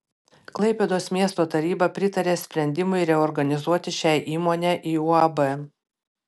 klaipėdos miesto taryba pritarė sprendimui reorganizuoti šią įmonę į uab